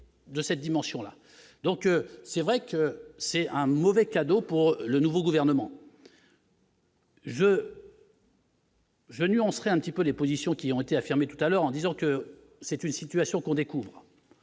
de cette dimension-là, donc c'est vrai que c'est un mauvais cadeau pour le nouveau gouvernement. Je nuance serait un petit peu les positions qui ont été affirmé tout à l'heure en disant que c'est une situation qu'on découvre.